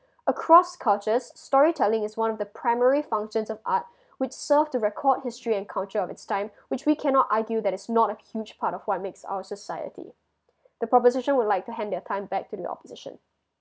across cultures story telling is one of the primary functions of art which serve to record history and culture of it's time which we cannot argue that it is not a huge part of what makes our society the proposition would like to hand their time back to the opposition